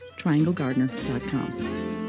trianglegardener.com